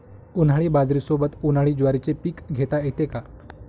उन्हाळी बाजरीसोबत, उन्हाळी ज्वारीचे पीक घेता येते का?